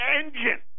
engine